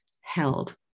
held